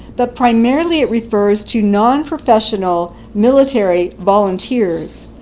but primarily it refers to non-professional military volunteers.